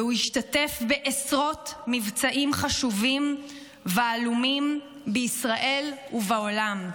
והוא השתתף בעשרות מבצעים חשובים ועלומים בישראל ובעולם.